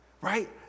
Right